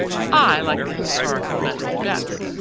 i like the historical method best.